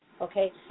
okay